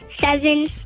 Seven